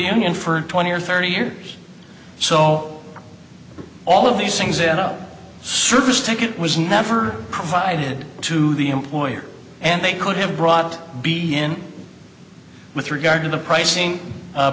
union for twenty or thirty years so all of these things in a service ticket was never provided to the employer and they could have brought be in with regard to the pricing